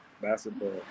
Basketball